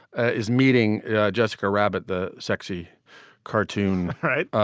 is meeting yeah jessica rabbit, the sexy cartoon, right,